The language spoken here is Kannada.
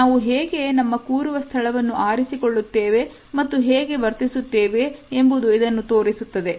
ನಾವು ಹೇಗೆ ನಮ್ಮ ಕೂರುವ ಸ್ಥಳವನ್ನು ಆರಿಸಿಕೊಳ್ಳುತ್ತೇವೆ ಮತ್ತು ಹೇಗೆ ವರ್ತಿಸುತ್ತೇವೆ ಎಂಬುದು ಇದನ್ನು ತೋರಿಸುತ್ತದೆ